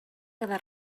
cada